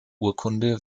urkunde